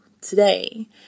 today